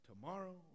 tomorrow